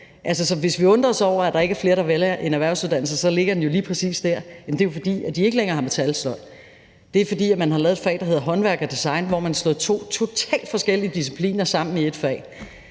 Hvis vi undrer os over, at der ikke er flere, der vælger en erhvervsuddannelse, ligger den jo lige præcis der. Det er jo, fordi de ikke længere har metalsløjd. Det er, fordi man har lavet et fag, der hedder håndværk og design, og hvor man har slået to totalt forskellige discipliner sammen i ét fag.